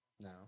No